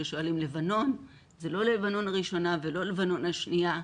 כששואלים 'לבנון' זה לא לבנון הראשונה ולא לבנון השניה.